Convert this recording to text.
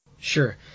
Sure